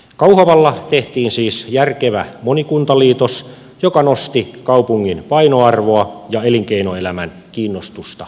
kauhavalla tehtiin siis järkevä monikuntaliitos joka nosti kaupungin painoarvoa ja elinkeinoelämän kiinnostusta investoida